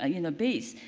ah you know, base.